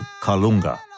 kalunga